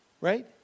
right